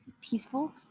peaceful